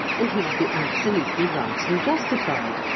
and he will be absolutely right and justified,